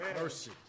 Mercy